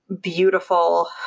beautiful